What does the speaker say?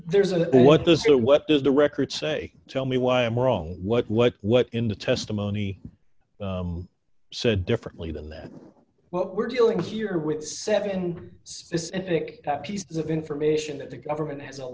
there's a what those are what does the record say tell me why i'm wrong what what what in the testimony said differently than that what we're dealing here with seven specific pieces of information that the government has